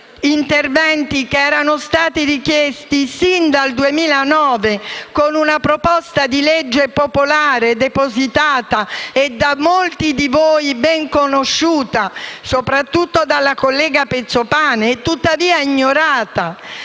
(interventi che erano stati richiesti sin dal 2009 con una proposta di legge popolare depositata e da molti di voi ben conosciuta, soprattutto dalla collega Pezzopane, e tuttavia ignorata